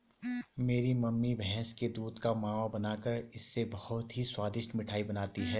मेरी मम्मी भैंस के दूध का मावा बनाकर इससे बहुत ही स्वादिष्ट मिठाई बनाती हैं